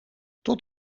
tot